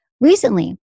Recently